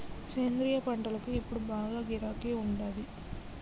సేంద్రియ పంటలకు ఇప్పుడు బాగా గిరాకీ ఉండాది